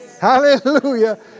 Hallelujah